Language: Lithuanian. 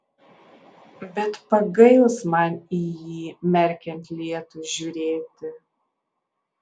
bet pagails man į jį merkiant lietui žiūrėti